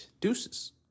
Deuces